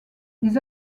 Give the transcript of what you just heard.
les